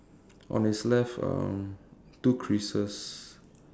on it's left um two creases